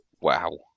Wow